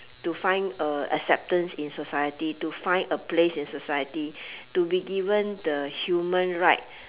to find uh acceptance in society to find a place in society to be given the human right